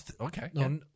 Okay